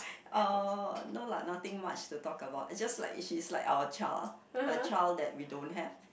uh no lah nothing much to talk about it's just like it's she like our child a child that we don't have